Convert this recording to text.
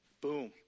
Boom